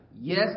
Yes